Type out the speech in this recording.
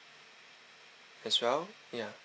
as well ya